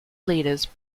leaders